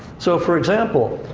so, for example,